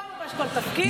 לא ממש כל תפקיד.